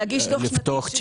להגיש דו"ח שנתי,